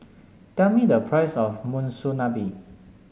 tell me the price of Monsunabe